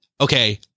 okay